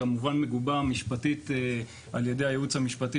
כמובן מגובה משפטית על ידי הייעוץ המשפטי